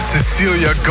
Cecilia